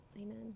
amen